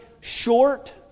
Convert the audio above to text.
short